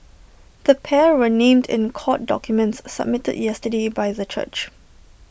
the pair were named in court documents submitted yesterday by the church